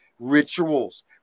rituals